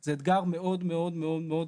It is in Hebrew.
זה אתגר מאוד גדול.